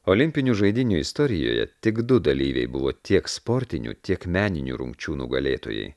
olimpinių žaidynių istorijoje tik du dalyviai buvo tiek sportinių tiek meninių rungčių nugalėtojai